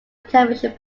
television